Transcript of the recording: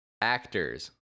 actors